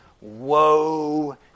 woe